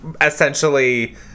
essentially